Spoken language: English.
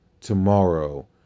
tomorrow